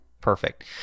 Perfect